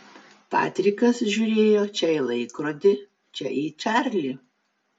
patrikas žiūrėjo čia į laikrodį čia į čarlį